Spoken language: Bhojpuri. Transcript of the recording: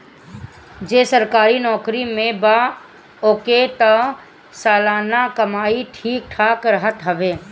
जे सरकारी नोकरी में बा ओकर तअ सलाना कमाई ठीक ठाक रहत हवे